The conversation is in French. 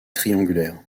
triangulaires